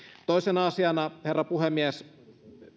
toisena asiana herra puhemies